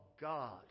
God